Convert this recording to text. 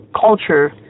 culture